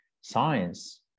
science